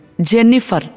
Jennifer